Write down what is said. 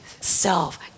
self